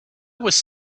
was